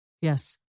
Yes